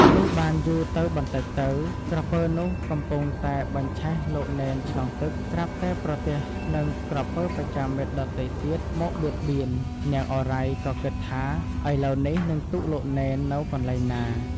លុះបានយូរទៅបន្តិចទៅ ក្រពើ នោះកំពុងតែបញ្ឆេះលោកនេនឆ្លងទឹក ស្រាប់តែប្រទះនឹងក្រពើបច្ចាមិត្តដទៃទៀតមកបៀតបៀន នាងឱរ៉ៃ ក៏ គិតថា " ឥឡូវនេះនឹងទុកលោកនេននៅកន្លែងណា?" ។